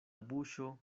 buŝo